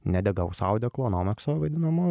nedegaus audeklo nomekso vadinamo